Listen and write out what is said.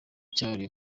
cyahariwe